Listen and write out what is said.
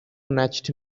next